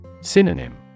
Synonym